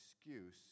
excuse